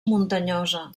muntanyosa